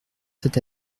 cet